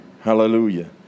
Hallelujah